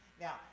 Now